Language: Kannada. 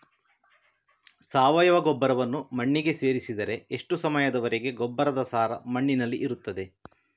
ಸಾವಯವ ಗೊಬ್ಬರವನ್ನು ಮಣ್ಣಿಗೆ ಸೇರಿಸಿದರೆ ಎಷ್ಟು ಸಮಯದ ವರೆಗೆ ಗೊಬ್ಬರದ ಸಾರ ಮಣ್ಣಿನಲ್ಲಿ ಇರುತ್ತದೆ?